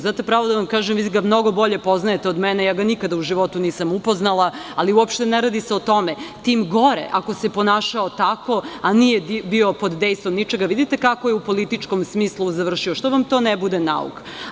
Znate, pravo da vam kažem, vi ga mnogo bolje poznajete od mene, ja ga nikada u životu nisam upoznala, ali uopšte se ne radi o tome, tim gore ako se ponašao tako a nije bio pod dejstvom ničega, vidite kako je u političkom smislu završio, što vam to ne bude nauk?